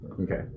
Okay